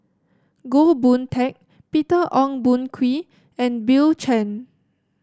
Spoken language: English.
Goh Boon Teck Peter Ong Boon Kwee and Bill Chen